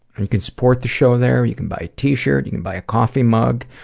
and can support the show there. you can buy a t-shirt, you can buy a coffee mug.